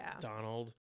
Donald